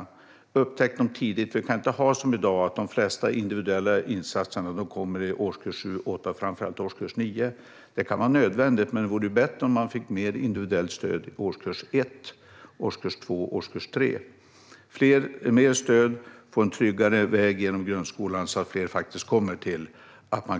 Vi behöver upptäcka dem tidigt - vi kan inte ha som i dag att de flesta individuella insatserna kommer i årskurs 7 och 8 och framför allt i årskurs 9. Det kan vara nödvändigt, men det vore bättre om man fick mer individuellt stöd i årskurs 1, årskurs 2 och årskurs 3. Mer stöd och en tryggare väg genom grundskolan gör att fler faktiskt